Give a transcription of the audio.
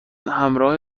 همراه